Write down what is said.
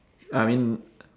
I mean